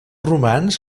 romans